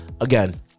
again